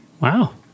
Wow